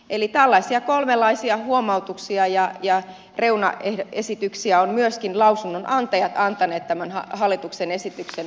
eli tällaisia kolmenlaisia huomautuksia ja reunaesityksiä ovat myöskin lausunnonantajat antaneet tämän hallituksen esityksen